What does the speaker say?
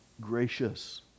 gracious